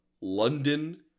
London